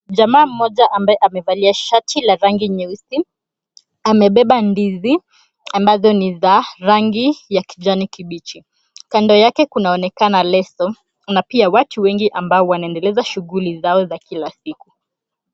Jamaa mmoja ambaye amevalia shati la rangi nyeusi amebeba ndizi ambazo ni za rangi ya kijani kibichi. Kando yake kunaonekana leso na pia watu wengi ambao wanaendeleza shughuli zao za kila siku.